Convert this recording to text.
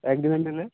একদিনের নিলে